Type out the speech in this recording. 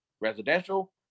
residential